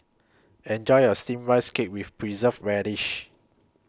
Enjoy your Steamed Rice Cake with Preserved Radish